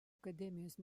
akademijos